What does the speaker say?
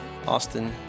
Austin